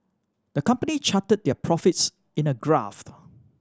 the company charted their profits in a graph